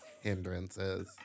hindrances